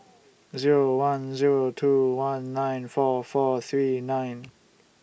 Zero one Zero two one nine four four three nine